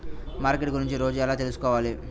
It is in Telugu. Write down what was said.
మార్కెట్ గురించి రోజు ఎలా తెలుసుకోవాలి?